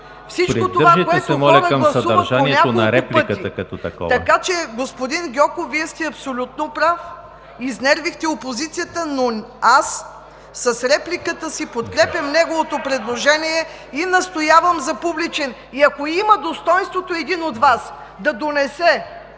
…всичко това, когато хора гласуват по няколко пъти. Господин Гьоков, Вие сте абсолютно прав, изнервихте опозицията, но аз с репликата си подкрепям неговото предложение и настоявам за публичен... (Реплики от ГЕРБ.) И ако има достойнството един от Вас да донесе,